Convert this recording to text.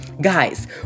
Guys